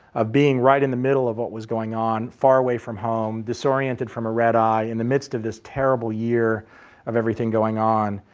being right in the middle of what was going on far away from home, disoriented from a red-eye, in the midst of this terrible year of everything going on.